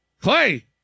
Clay